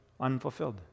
unfulfilled